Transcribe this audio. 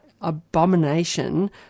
abomination